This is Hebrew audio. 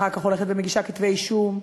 אחר כך הולכת ומגישה כתבי אישום,